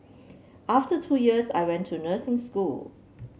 after two years I went to nursing school